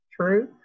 true